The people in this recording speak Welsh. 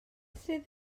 sydd